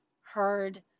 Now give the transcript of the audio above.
heard